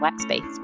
Workspace